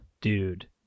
dude